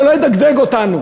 זה לא ידגדג אותנו